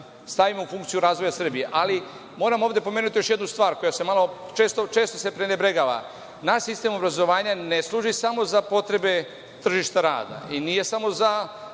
stavimo u funkciju razvoja Srbije. Moram ovde pomenuti još jednu stvar, koja se često prenebregava. Naš sistem obrazovanja ne služi samo za potrebe tržište rada i nije samo za